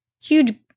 huge